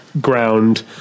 ground